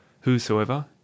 Whosoever